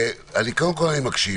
קודם כול, אני מקשיב.